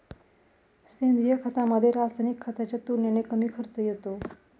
सेंद्रिय खतामध्ये, रासायनिक खताच्या तुलनेने कमी खर्च येतो